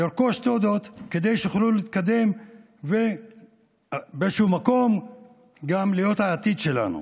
לרכוש תעודות כדי שיוכלו להתקדם ובאיזשהו מקום גם להיות העתיד שלנו,